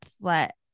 let